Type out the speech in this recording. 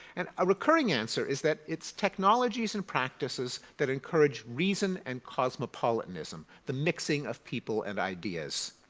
and a recurring answer is that it's technologies and practices that encourage reason and cosmopolitanism, the mixing of people and ideas.